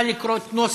סגן שר הביטחון, בבקשה.